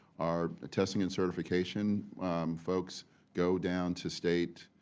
our testing and certification folks go down to state